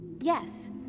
Yes